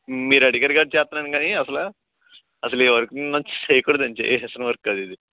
మీరడిగారు కాబట్టి చేత్తన్నాను గానీ అసల అసలు ఈ వర్క్ నేను చేయకూడదండి చేయాల్సిన వర్క్ కాదు ఇది